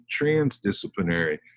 transdisciplinary